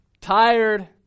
tired